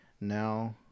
now